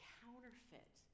counterfeit